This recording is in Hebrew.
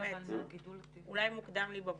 אולי מוקדם לי בבוקר.